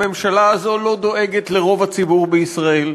הממשלה הזאת לא דואגת לרוב הציבור בישראל.